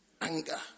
anger